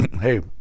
Hey